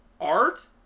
art